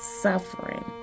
suffering